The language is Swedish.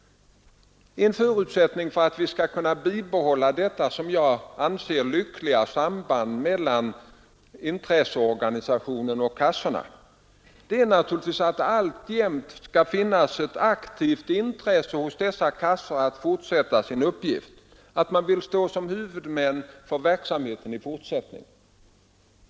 En förutsättning för att vi skall kunna bibehålla det som jag anser lyckliga samband mellan intresseorganisationen och kassorna är naturligtvis att det alltjämt skall finnas ett aktivt intresse hos dessa kassor att fortsätta sin uppgift, viljan att stå som huvudmän för verksamheten i fortsättningen.